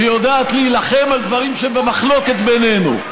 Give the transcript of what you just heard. שיודעת להילחם על דברים שהם במחלוקת בינינו,